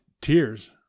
tears